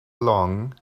long